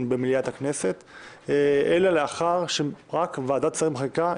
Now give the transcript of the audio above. במליאת הכנסת - רק מה שוועדת שרים חקיקה מאשרת.